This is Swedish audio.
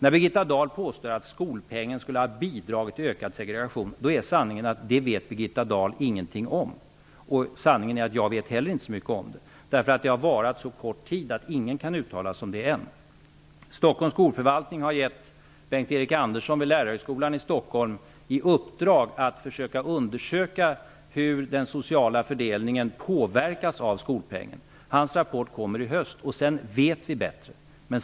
När Birgitta Dahl påstår att skolpengen skulle ha bidragit till ökad segregation, är sanningen att hon inte vet någonting om det. Jag vet inte heller så mycket om det. Den har varat så kort tid att ingen kan uttala sig om det än. Stockholms skolförvaltning har gett Bengt-Erik Andersson vid Lärarhögskolan i Stockholm i uppdrag att undersöka hur den sociala fördelningen påverkas av skolpengen. Hans rapport kommer i höst, och sedan vet vi bättre.